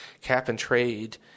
cap-and-trade